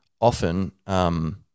often